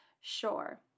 Sure